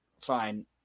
fine